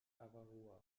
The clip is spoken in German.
avarua